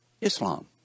Islam